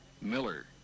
Miller